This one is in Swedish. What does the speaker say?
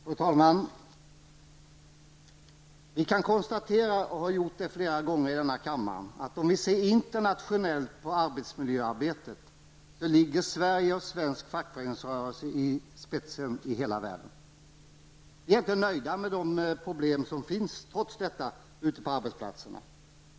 Fru talman! Vi kan konstatera, och har gjort det flera gånger i kammaren, att ser man internationellt på arbetsmiljöarbetet finner man att Sverige och svensk fackföreningsrörelse befinner sig i främsta ledet i hela världen. Vi är trots detta inte nöjda, eftersom det finns problem ute på arbetsplatserna.